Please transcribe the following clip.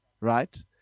right